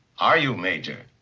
are you, major?